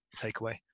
takeaway